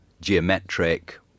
geometric